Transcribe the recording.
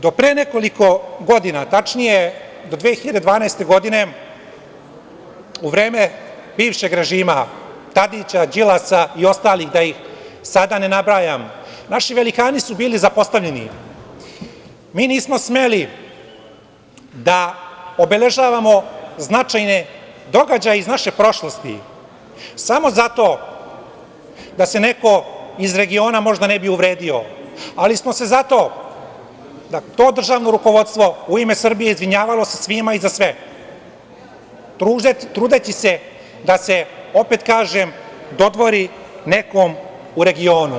Do pre nekoliko godina, tačnije do 2012. godine, u vreme bivšeg režima Tadića, Đilasa, i ostalih, da ih sada ne nabrajam, naši velikani su bili zapostavljeni, mi nismo smeli da obeležavamo značajne događaje iz naše prošlosti, samo zato da se neko iz regiona možda ne bi uvredio, ali smo se zato, to državno rukovodstvo u ime države Srbije, izvinjavalo se svima i za sve, trudeći se, opet kažem, dodvori nekom u regionu.